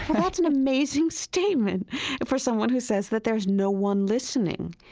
that's an amazing statement for someone who says that there's no one listening.